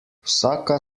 vsaka